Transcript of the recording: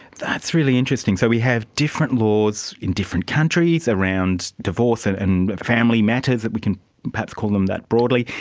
that's really interesting, so we have different laws in different countries around divorce and and family matters, if we can perhaps call them that broadly,